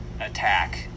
attack